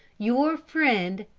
your friend,